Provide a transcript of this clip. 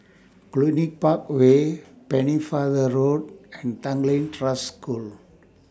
Cluny Park Way Pennefather Road and Tanglin Trust School